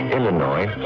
Illinois